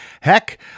heck